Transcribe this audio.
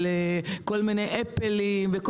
כל מני apple וכולי,